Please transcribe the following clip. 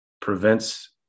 prevents